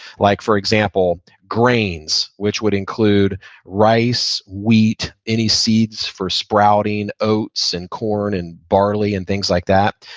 like for example, grains, which would include rice, wheat, any seeds for sprouting, oats and corn and barley and things like that.